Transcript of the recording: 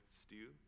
stew